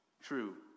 True